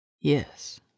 Yes